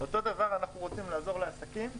אותו דבר אנחנו רוצים לעזור לעסקים,